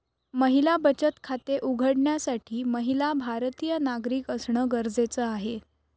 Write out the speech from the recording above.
महिला बचत खाते उघडण्यासाठी महिला भारतीय नागरिक असणं गरजेच आहे